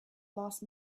last